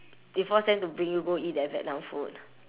you force them to bring you go eat that vietnam food